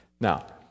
Now